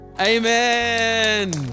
Amen